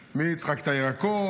מיצחק את הירקות,